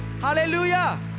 Hallelujah